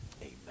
Amen